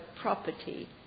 property